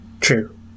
True